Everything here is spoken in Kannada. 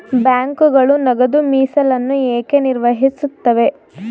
ಬ್ಯಾಂಕುಗಳು ನಗದು ಮೀಸಲನ್ನು ಏಕೆ ನಿರ್ವಹಿಸುತ್ತವೆ?